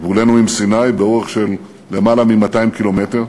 גבולנו עם סיני, באורך של למעלה מ-200 קילומטר,